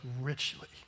richly